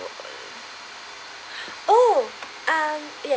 oh um